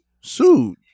sued